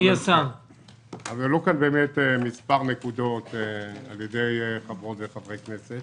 עלו כאן מספר נקודות על ידי חברות וחברי כנסת